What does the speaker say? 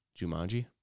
Jumanji